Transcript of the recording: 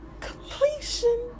completion